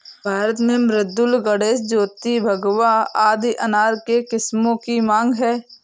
भारत में मृदुला, गणेश, ज्योति, भगवा आदि अनार के किस्मों की मांग है